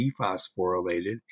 dephosphorylated